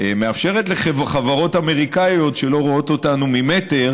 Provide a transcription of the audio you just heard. מאפשרת לחברות אמריקניות שלא רואות אותנו ממטר